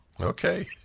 Okay